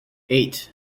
eight